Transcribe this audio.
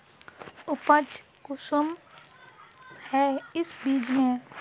उपज कुंसम है इस बीज में?